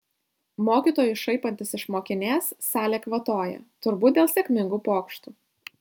mokytojui šaipantis iš mokinės salė kvatoja turbūt dėl sėkmingų pokštų